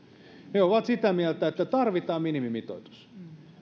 he ovat sitä mieltä että tarvitaan minimimitoitus